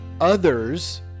others